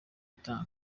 itanga